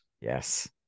Yes